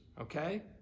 Okay